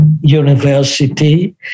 university